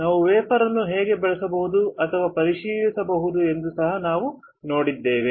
ನಾವು ವೇಫರ್ ಅನ್ನು ಹೇಗೆ ನೋಡಬಹುದು ಅಥವಾ ಪರಿಶೀಲಿಸಬಹುದು ಎಂಬುದನ್ನು ಸಹ ನಾವು ನೋಡಿದ್ದೇವೆ